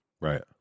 right